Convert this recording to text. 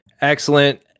Excellent